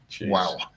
Wow